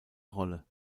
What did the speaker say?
rolle